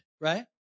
right